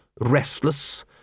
restless